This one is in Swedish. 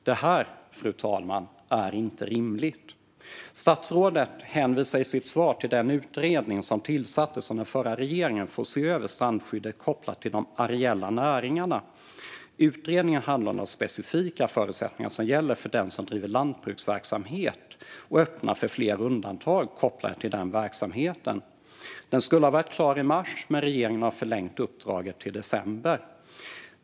Det här, fru talman, är inte rimligt. Statsrådet hänvisar i sitt svar till den utredning som tillsattes av den förra regeringen för att se över strandskyddet kopplat till de areella näringarna. Utredningen handlar om de specifika förutsättningarna som gäller för den som driver lantbruksverksamhet och öppnar för fler undantag kopplat till den verksamheten. Den skulle ha varit klar i mars, men regeringen har förlängt uppdraget till december.